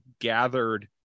gathered